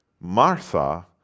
Martha